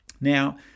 now